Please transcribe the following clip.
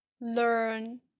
learn